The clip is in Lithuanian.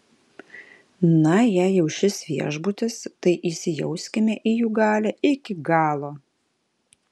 na jei jau šis viešbutis tai įsijauskime į jų galią iki galo